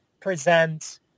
present